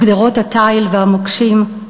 וגדרות התיל והמוקשים".